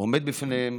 עומדת לפניהם.